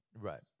Right